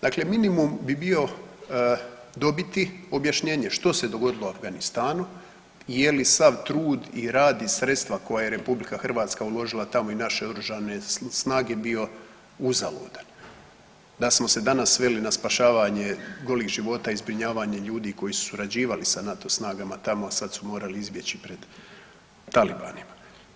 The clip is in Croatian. Dakle, minimum bi bio dobiti objašnjenje što se dogodilo Afganistanu i je li sav trud i rad i sredstva koja je RH uložila tamo i naše oružane snage bio uzaludan, da smo se danas sveli na spašavanje golih života i zbrinjavanje ljudi koji su surađivali sa NATO snagama tamo, a sad su morali izbjeći pred talibanima.